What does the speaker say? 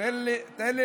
תן לי לדבר.